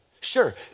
Sure